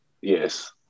Yes